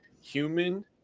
human